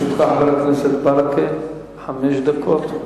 לרשותך, חבר הכנסת ברכה, חמש דקות.